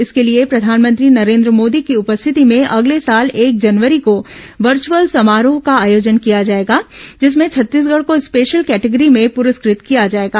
इसके लिए प्रधानमंत्री नरेन्द्र मोदी की उपस्थिति में अगले साल एक जनवरी को वर्चुअल समारोह का आयोजन किया जाएगा जिसमें छत्तीसगढ़ को स्पेशल कैटेगिरी में पुरस्कृत किया जाएगा